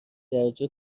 درجا